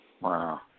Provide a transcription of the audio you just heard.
Wow